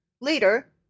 Later